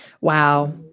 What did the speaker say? Wow